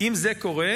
אם זה קורה,